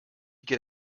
get